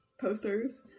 Posters